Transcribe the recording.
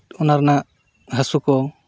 ᱚᱱᱟ ᱨᱮᱱᱟᱜ ᱦᱟᱹᱥᱩ ᱠᱚ